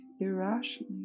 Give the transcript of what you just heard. irrationally